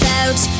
out